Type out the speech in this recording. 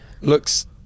looks